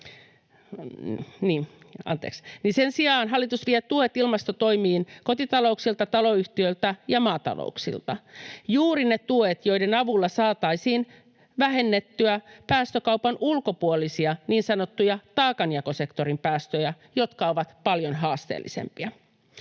Sen sijaan hallitus vie tuet ilmastotoimiin kotitalouksilta, taloyhtiöiltä ja maatalouksilta — juuri ne tuet, joiden avulla saataisiin vähennettyä päästökaupan ulkopuolisia niin sanottuja taakanjakosektorin päästöjä, jotka ovat paljon haasteellisempia.